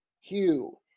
Hugh